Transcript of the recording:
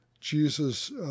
Jesus